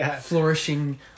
flourishing